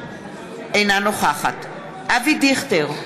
אינה נוכחת אבי דיכטר,